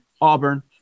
Auburn